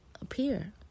appear